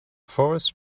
forest